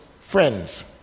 friends